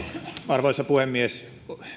arvoisa puhemies